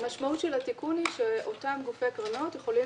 המשמעות של התיקון היא שאותם גופי קרנות יכולים